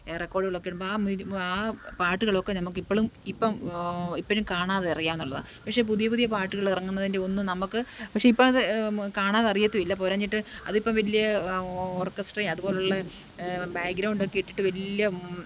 റെക്കോർഡുകളൊക്കെ ഇടുമ്പം ആ ആ പാട്ടുകളൊക്കെ നമുക്ക് ഇപ്പോഴും ഇപ്പം ഇപ്പോഴും കാണാതെ അറിയാമെന്നുള്ളതാണ് പക്ഷെ പുതിയ പുതിയ പാട്ടുകളിറങ്ങുന്നതിൻ്റെ ഒന്നും നമ്മൾക്ക് പക്ഷേ ഇപ്പോഴത് കാണാതെ അറിയത്തില്ല പോരാഞ്ഞിട്ട് അതിപ്പം വലിയ ഓർക്കസ്ട്ര അതുപോലുള്ള ബാക്ക്ഗ്രൗണ്ടൊക്കെ ഇട്ടിട്ട് വലിയ